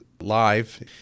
live